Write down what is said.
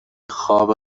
خواب